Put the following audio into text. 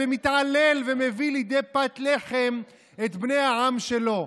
מתעלל ומביא לידי פת לחם את בני העם שלו?